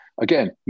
Again